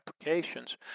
applications